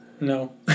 No